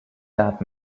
that